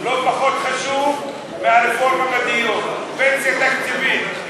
לא פחות חשוב מהרפורמה בדיור, פנסיה תקציבית.